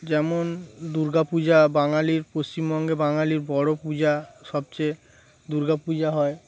যেমন দুর্গাপূজা বাঙালির পশ্চিমবঙ্গে বাঙালির বড় পূজা সবচেয়ে দুর্গাপূজা হয়